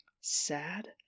Sad